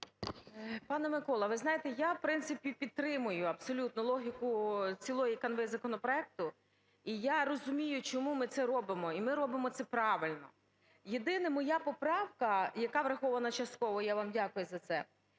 Пане Микола, ви знаєте, я, в принципі, підтримую абсолютно логіку цілої канви законопроекту. І я розумію, чому ми це робимо, і ми робимо це правильно. Єдине, моя поправка, яка врахована частково, я вам дякую за це,